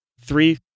three